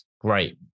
Great